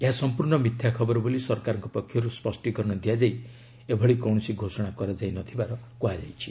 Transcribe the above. ଏହା ସମ୍ପୂର୍ଣ୍ଣ ମିଥ୍ୟା ଖବର ବୋଲି ସରକାରଙ୍କ ପକ୍ଷରୁ ସ୍ୱଷ୍ଟି କରଣ ଦିଆଯାଇ ଏଭଳି କୌଣସି ଘୋଷଣା କରାଯାଇନଥିବାର କୁହାଯାଇଛି